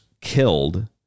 killed